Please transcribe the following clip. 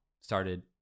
started